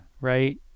right